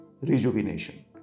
rejuvenation